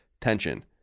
tension